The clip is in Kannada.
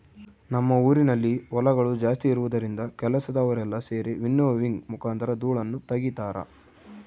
ನಮ್ಮ ಊರಿನಲ್ಲಿ ಹೊಲಗಳು ಜಾಸ್ತಿ ಇರುವುದರಿಂದ ಕೆಲಸದವರೆಲ್ಲ ಸೆರಿ ವಿನ್ನೋವಿಂಗ್ ಮುಖಾಂತರ ಧೂಳನ್ನು ತಗಿತಾರ